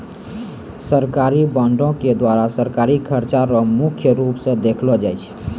सरकारी बॉंडों के द्वारा सरकारी खर्चा रो मुख्य रूप स देखलो जाय छै